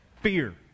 fear